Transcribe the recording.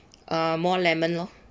uh more lemon lor